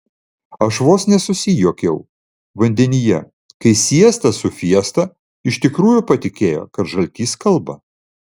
aš vos nesusijuokiau vandenyje kai siesta su fiesta iš tikrųjų patikėjo kad žaltys kalba